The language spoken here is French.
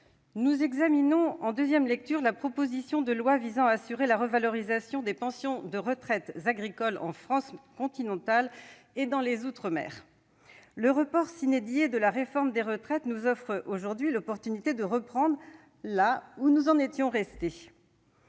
nous examinons en deuxième lecture la proposition de loi visant à assurer la revalorisation des pensions de retraite agricoles en France continentale et dans les outre-mer. Le report de la réforme des retraites nous offre l'occasion de reprendre là où nous en étions restés.